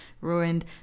ruined